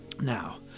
Now